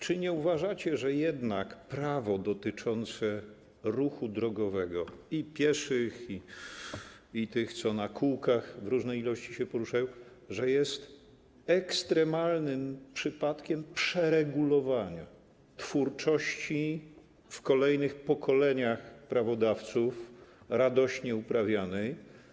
Czy nie uważacie, że jednak prawo dotyczące ruchu drogowego, i pieszych, i tych, co na kółkach w różnej ilości się poruszają, jest ekstremalnym przypadkiem przeregulowania, twórczości w kolejnych pokoleniach prawodawców radośnie uprawianej?